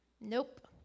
Nope